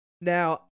Now